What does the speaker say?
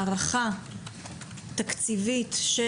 הערכה תקציבית של